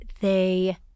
they-